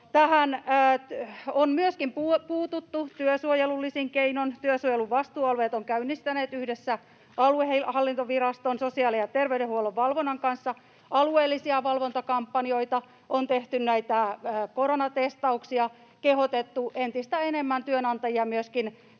Tähän on puututtu myöskin työsuojelullisin keinoin. Työsuojelun vastuualueet ovat käynnistäneet yhdessä aluehallintoviraston ja sosiaali‑ ja terveydenhuollon valvonnan kanssa alueellisia valvontakampanjoita: on tehty koronatestauksia, kehotettu työnantajia tekemään